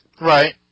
right